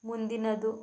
ಮುಂದಿನದು